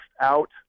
out